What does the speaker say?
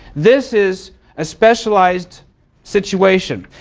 this is a specialized situation.